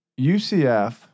UCF